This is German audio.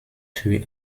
für